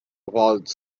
while